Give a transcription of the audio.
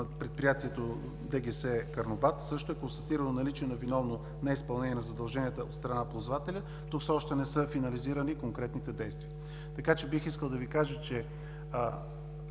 предприятието ДГС – Карнобат, също е констатирано наличие на виновно неизпълнение на задълженията от страна на ползвателя. Тук все още не са финализирани конкретните действия. Бих искал да Ви кажа, че